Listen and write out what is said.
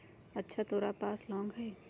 अच्छा तोरा पास लौंग हई?